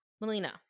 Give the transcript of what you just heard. Melina